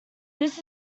this